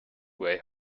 way